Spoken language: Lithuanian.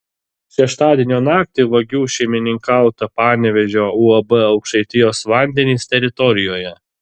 šeštadienio naktį vagių šeimininkauta panevėžio uab aukštaitijos vandenys teritorijoje